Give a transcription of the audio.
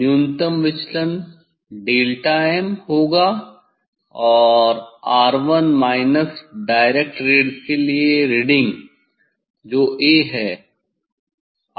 न्यूनतम विचलन delta M होगा R1 माइनस डायरेक्ट रेज़ के लिए रीडिंग जो 'a' है